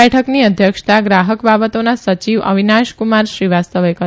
બેઠકની અધ્યક્ષકતા ગ્રાહક બાબતોના સચિવ અવિનાશકુમાર શ્રીવાસ્તવે કરી